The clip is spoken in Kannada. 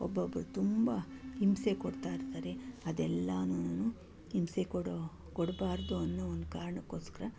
ಒಬ್ಬೊಬ್ಬರು ತುಂಬ ಹಿಂಸೆ ಕೊಡ್ತಾಯಿರ್ತಾರೆ ಅದೆಲ್ಲನೂ ಹಿಂಸೆ ಕೊಡೋ ಕೊಡ್ಬಾರ್ದು ಅನ್ನೋ ಒಂದು ಕಾರಣಕ್ಕೋಸ್ಕರ